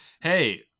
hey